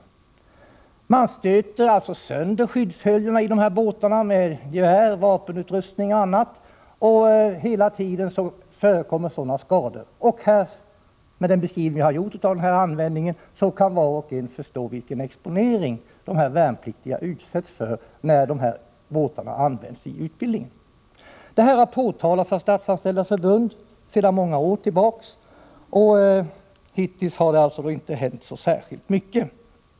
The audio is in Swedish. I dessa båtar stöter man sönder skyddshöljena med gevär, vapenutrustning o.d. — hela tiden förekommer sådana skador. Med den användningen kan var och en förstå vilken exponering dessa värnpliktiga utsätts för när båtarna används i utbildningen. Detta har påtalats av Statsanställdas förbund sedan många år tillbaka, men hittills har det inte hänt särskilt mycket.